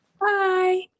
Bye